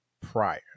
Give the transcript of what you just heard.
prior